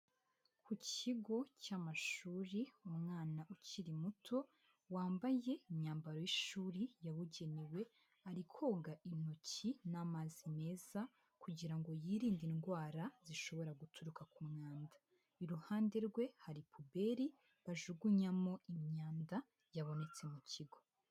Ku kigo cy'amashuri umwana ukiri muto wambaye imyambaro y'ishuri yabugenewe ari koga intoki n'amazi meza kugira ngo yirinde indwara zishobora guturuka ku mwanda, iruhande rwe hari puberi bajugunyamo imyanda yabonetse mu kigo.